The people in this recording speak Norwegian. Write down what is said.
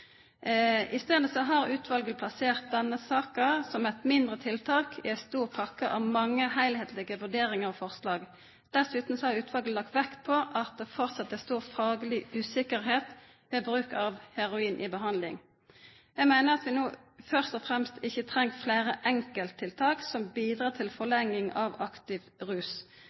har utvalget plassert denne saken som et mindre tiltak i en stor pakke av mange helhetlige vurderinger og forslag. Dessuten har utvalget lagt vekt på at det fortsatt er stor faglig usikkerhet ved bruk av heroin i behandlingen. Jeg mener at vi nå ikke først og fremst trenger flere enkelttiltak som bidrar til forlenging av aktiv rus.